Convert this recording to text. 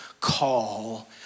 call